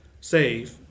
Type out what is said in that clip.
save